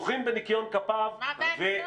בטוחים בניקיון כפיו -- מה הבעיה לבדוק.